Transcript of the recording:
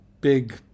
big